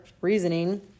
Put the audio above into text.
reasoning